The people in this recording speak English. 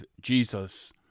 Jesus